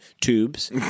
tubes